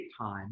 time